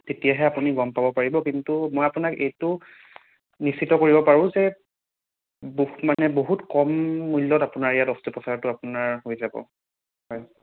তেতিয়াহে আপুনি গম পাব পাৰিব কিন্তু মই আপোনাক এইটো নিশ্চিত কৰিব পাৰোঁ যে বহুত মানে বহুত কম মূল্যত আপোনাৰ ইয়াত অষ্ট্ৰোপচাৰটো আপোনাৰ হৈ যাব হয়